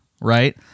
Right